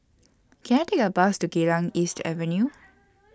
Can I Take A Bus to Geylang East Avenue